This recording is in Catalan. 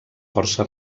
força